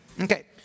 Okay